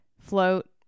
float